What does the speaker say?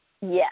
Yes